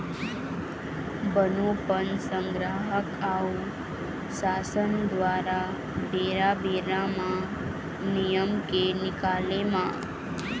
बनोपज संग्राहक अऊ सासन दुवारा बेरा बेरा म नियम के निकाले म